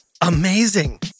Amazing